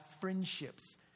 friendships